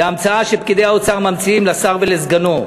זאת המצאה שפקידי האוצר ממציאים לשר ולסגנו.